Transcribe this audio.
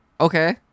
Okay